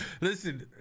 Listen